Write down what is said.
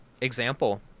example